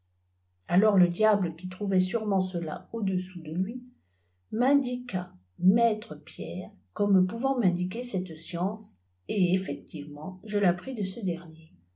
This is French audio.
alors le diable qui trouvait sûrement cela au-dessous de lui m'indiqua maître îîërre comme pouvant m'îndiqùer cette science et effectivement je l'appris de ce dernier